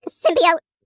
symbiote